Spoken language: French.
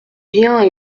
biens